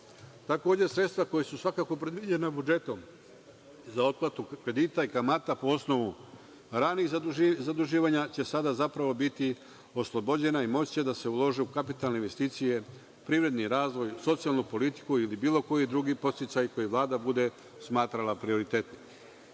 zemlju. Takođe sredstava koja su svakako predviđena budžetom za otplatu kredita i kamata po osnovu ranijih zaduživanja će sada zapravo biti oslobođena i moći će da se ulože u kapitalne investicije, privredni razvoj, socijalnu politiku ili bilo koji drugi podsticaj koji Vlada bude smatrala prioritetnim. Kamata